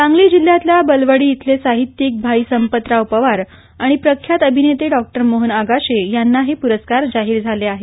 सांगली जिल्ह्यातल्या बलवडी इथले साहित्यिक भाई संपतराव पवार आणि प्रख्यात अभिनेते डॉक्टर मोहन आगाशे यांना हे पुरस्कार जाहीर झाले आहेत